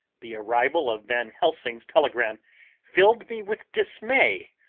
the arrival of van helsing's telegram filled me with dismay.